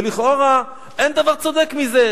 ולכאורה אין דבר צודק מזה,